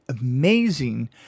amazing